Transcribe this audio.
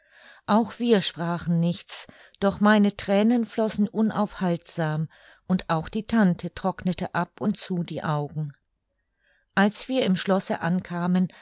auch wir sprachen nichts doch meine thränen flossen unaufhaltsam und auch die tante trocknete ab und zu die augen als wir im schlosse ankamen